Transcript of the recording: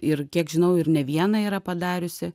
ir kiek žinau ir ne vieną yra padariusi